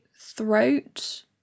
throat